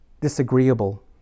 disagreeable